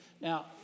Now